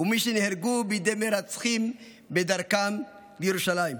ומי שנהרגו בידי מרצחים בדרכם לירושלים.